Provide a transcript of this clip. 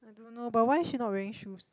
I don't know but why she not wearing shoes